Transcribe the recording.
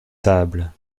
tables